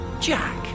Jack